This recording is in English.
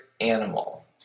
animal